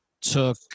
Took